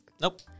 Nope